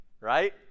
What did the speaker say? right